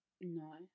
No